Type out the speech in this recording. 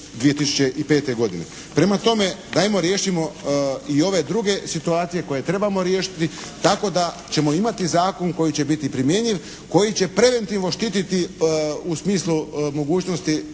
2005. godine. Prema tome, dajmo riješimo i ove druge situacije koje trebamo riješiti tako da ćemo imati zakon koji će biti primjenjiv, koji će preventivno štititi u smislu mogućnosti